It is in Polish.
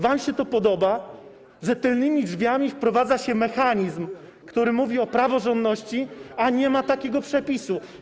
Wam się to podoba, że tylnymi drzwiami wprowadza się mechanizm, który mówi o praworządności, a nie ma takiego przepisu.